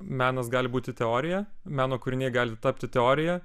menas gali būti teorija meno kūriniai gali tapti teorija